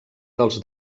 dels